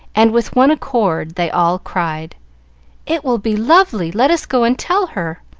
and with one accord they all cried it will be lovely let us go and tell her!